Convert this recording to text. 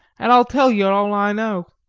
an' i'll tell yer all i know.